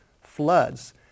floods